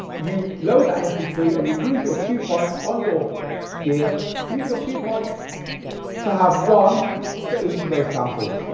you load that m p three and you use your cue points on your gear, use your cue points to have one for each of those samples,